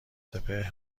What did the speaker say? سپهر